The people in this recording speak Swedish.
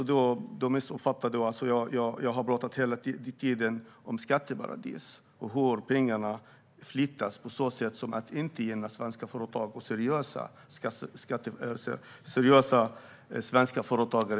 Då missuppfattade du mig. Jag har hela tiden pratat om skatteparadis och hur pengarna flyttas på ett sätt som inte gynnar seriösa svenska företagare.